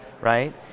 right